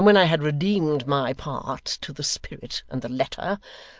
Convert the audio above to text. and when i had redeemed my part to the spirit and the letter,